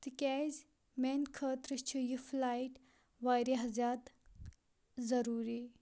تکیاز میانہِ خٲطرٕ چھِ یہِ فلایٹ واریاہ زیادٕ ضروٗری